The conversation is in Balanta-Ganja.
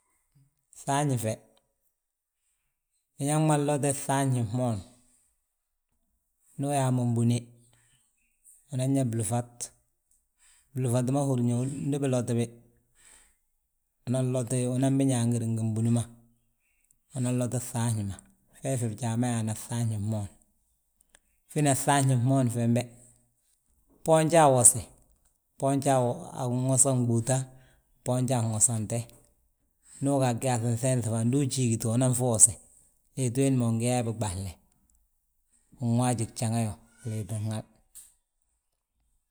Fŧafñi fe, biñaŋ ma nloti fŧafñi fmoon, ndu yaa mo mbune, unan yaa blúfat, blúfat ma húrin yaa ndi biloti bi. Unan bi ñangir ngi mbunu ma, unan loti fŧafñi ma fee fi bijaa ma yaana fŧafñi fmoon. Fina fŧafñi fmoon fembe, fboonja a wose, fboonji a ginwosa gbúuta, fboonja a ginwosante. Ndu ga a gyaaŧin ŧeenŧe ndu ujiigite, unan fi wose, liiti wiindi ma win gi yaaye biɓalle. Win waaji jaŋayo a liitin hal.